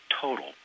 total